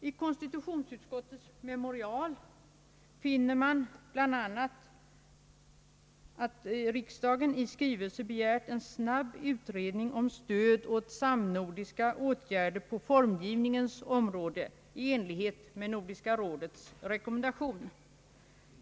I konstitutionsutskottets memorial finner man bl.a. att riksdagen i skrivelse begärt en snabb utredning om stöd åt samnordiska åtgärder på formgivningens område i enlighet med Nordiska rådets rekommendation.